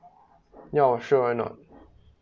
ya sure why not